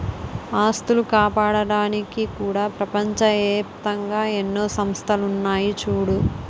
ఆస్తులు కాపాడ్డానికి కూడా ప్రపంచ ఏప్తంగా ఎన్నో సంస్థలున్నాయి చూడూ